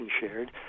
shared